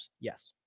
Yes